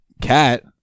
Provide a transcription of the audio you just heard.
Cat